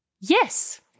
Yes